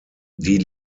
die